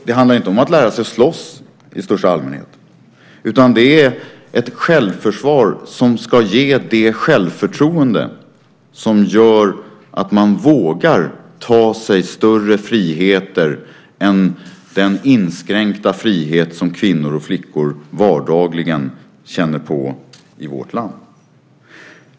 Det handlar inte om att lära sig slåss i största allmänhet utan det är ett självförsvar som ska ge det självförtroende som gör att man vågar ta sig större friheter än den inskränkta frihet som kvinnor och flickor vardagligen känner på i vårt land.